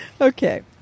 Okay